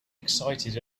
excited